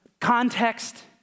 context